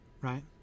right